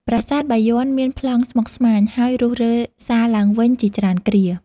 ប្រាសាទបាយ័ន មានប្លង់ស្មុគស្មាញ ហើយរុះរើសាងឡើងវិញ ជាច្រើនគ្រា។